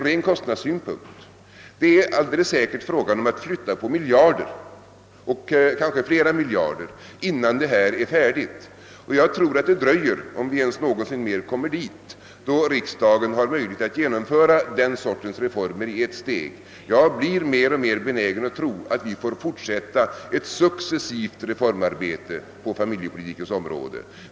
Det blir alldeles säkert fråga om att flytta på miljarder, kanske flera miljarder. Jag tror att det dröjer innan riksdagen har möjlighet att genomföra den sortens reformer i ett steg, om vi någonsin kommer dit. Jag blir mer och mer benägen att tro att vi får fortsätta ett successivt reformarbete på familjepolitikens område.